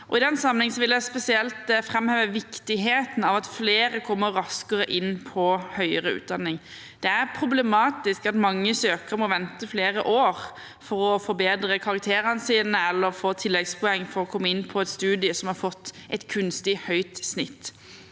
I den sammenheng vil jeg spesielt framheve viktigheten av at flere kommer raskere inn på høyere utdanning. Det er problematisk at mange søkere må vente flere år for å forbedre karakterene sine eller få tilleggspoeng for å komme inn på et studium som har fått et kunstig høyt snitt.